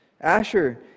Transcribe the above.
Asher